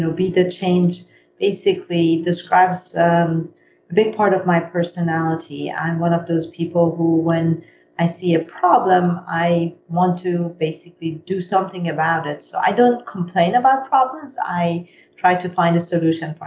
so be the change basically describes a um big part of my personality. i one of those people who when i see a problem, i want to basically do something about it. so i don't complain about problems, i try to find a solution for